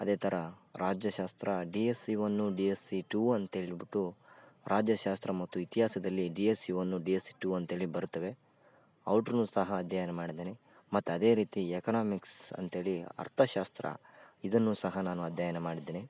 ಅದೇ ಥರ ರಾಜ್ಯಶಾಸ್ತ್ರ D S E one D S E two ಅಂತ ಹೇಳಿಬುಟ್ಟು ರಾಜ್ಯಶಾಸ್ತ್ರ ಮತ್ತು ಇತಿಹಾಸದಲ್ಲಿ D S E one D S E two ಅಂತ್ಹೇಳಿ ಬರುತ್ತವೆ ಔಟ್ರನು ಸಹ ಅಧ್ಯಯನ ಮಾಡಿದ್ದಾರೆ ಮತ್ತು ಅದೇ ರೀತಿ ಎಕನಾಮಿಕ್ಸ್ ಅಂತ್ಹೇಳಿ ಅರ್ಥಶಾಸ್ತ್ರ ಇದನ್ನು ಸಹ ನಾನು ಅಧ್ಯಯನ ಮಾಡಿದ್ದೇನೆ